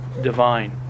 divine